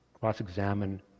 cross-examine